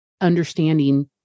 understanding